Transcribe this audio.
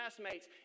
classmates